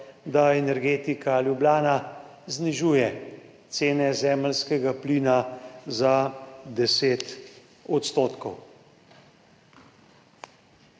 da Energetika Ljubljana znižuje cene zemeljskega plina za 10 %.